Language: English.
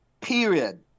period